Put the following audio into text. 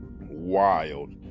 Wild